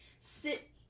sit